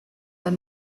were